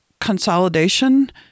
consolidation